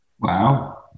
Wow